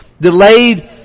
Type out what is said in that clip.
Delayed